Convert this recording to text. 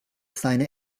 seine